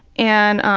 and